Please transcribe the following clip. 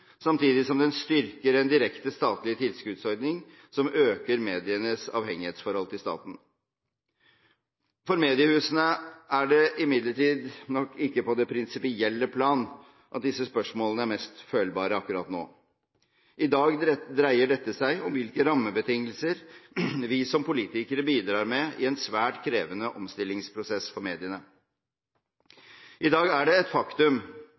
samtidig som den styrker en direkte statlig tilskuddsordning som øker medienes avhengighetsforhold til staten. For mediehusene er det imidlertid nok ikke på det prinsipielle plan at disse spørsmålene er mest følbare akkurat nå. I dag dreier dette seg om hvilke rammebetingelser vi som politikere bidrar med i en svært krevende omstillingsprosess for mediene. I dag er det et faktum